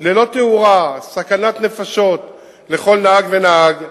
ללא תאורה, סכנת נפשות לכל נהג ונהג.